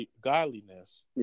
godliness